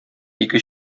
ике